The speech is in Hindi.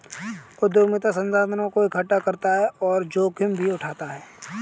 उद्यमिता संसाधनों को एकठ्ठा करता और जोखिम भी उठाता है